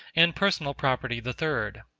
and personal property the third.